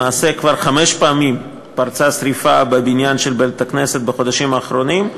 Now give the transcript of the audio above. למעשה כבר חמש פעמים פרצה שרפה בבניין של בית-הכנסת בחודשים האחרונים.